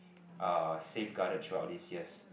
ah safe guarded through out these years